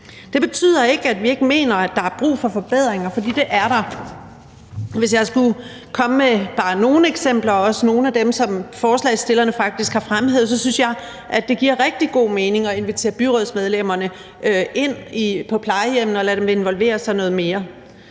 Det betyder ikke, at vi ikke mener, at der er brug for forbedringer, for det er der. Hvis jeg skulle komme med bare nogle eksempler, og også nogle af dem, som forslagsstillerne faktisk har fremhævet, så synes jeg, at det giver rigtig god mening at invitere byrådsmedlemmerne ind på plejehjemmene og lade dem involvere sig noget mere.